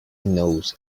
knows